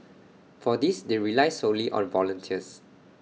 for this they rely solely on volunteers